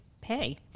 pay